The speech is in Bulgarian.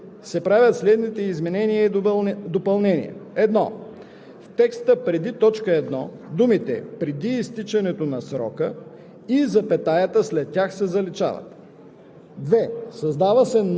Комисията подкрепя по принцип текста на вносителя и предлага следната редакция на § 9: „§ 9. В чл. 30 се правят следните изменения и допълнения: 1.